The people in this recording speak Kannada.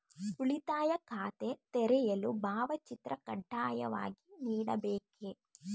ಉಳಿತಾಯ ಖಾತೆ ತೆರೆಯಲು ಭಾವಚಿತ್ರ ಕಡ್ಡಾಯವಾಗಿ ನೀಡಬೇಕೇ?